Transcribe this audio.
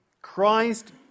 Christ